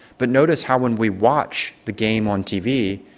but notice how when we watch the game on tv,